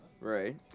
Right